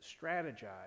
strategize